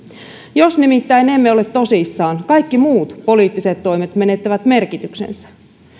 jos nimittäin emme ole tosissamme kaikki muut poliittiset toimet menettävät merkityksensä